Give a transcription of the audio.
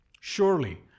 Surely